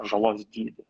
žalos dydį